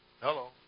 Hello